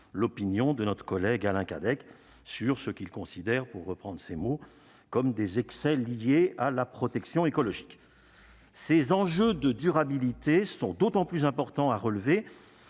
l'opinion de notre collègue Alain Cadec sur ce qu'il considère, pour reprendre ses mots comme des excès liés à la protection écologique ces enjeux de durabilité sont d'autant plus important, a relevé